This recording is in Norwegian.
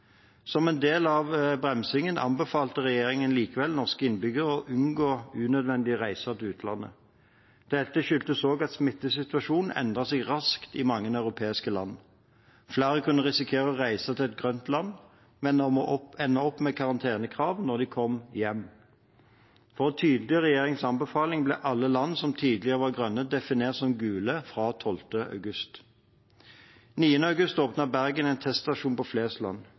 Som en del av bremsingen anbefalte regjeringen likevel norske innbyggere å unngå unødvendige reiser til utlandet. Dette skyldtes også at smittesituasjonen endret seg raskt i mange europeiske land. Flere kunne risikere å reise til et grønt land, men ende opp med karantenekrav når de kom hjem. For å tydeliggjøre regjeringens anbefaling ble alle land som tidligere var grønne, definert som gule fra 12. august. Den 9. august åpnet Bergen en teststasjon på